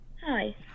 Hi